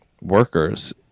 workers